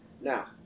Now